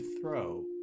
throw